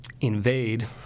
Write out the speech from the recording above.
invade